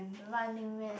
Running-Man